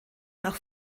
nach